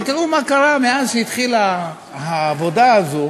אבל תראו מה קרה מאז התחילה העבודה הזו